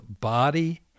body